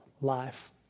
life